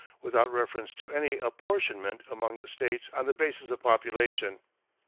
without reference to any apportionment among the states on the basis of population.